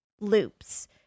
loops